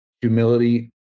humility